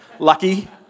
Lucky